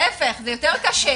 להיפך, זה יותר קשה.